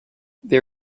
there